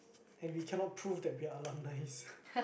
and we cannot prove that we're alumnis